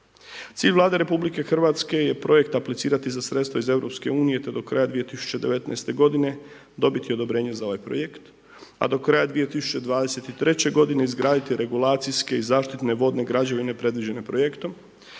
Cilj Vlade RH je projekt aplicirati za sredstva iz EU te do kraja 2019. godine dobiti odobrenje za ovaj projekt a do kraja 2023. godine izgraditi regulacijske i zaštitne vodne građevine predviđene projektom